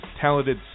talented